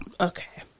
Okay